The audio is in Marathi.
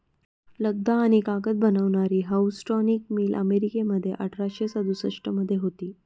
लगदा आणि कागद बनवणारी हाऊसटॉनिक मिल अमेरिकेमध्ये अठराशे सदुसष्ट मध्ये होती